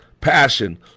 passion